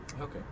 okay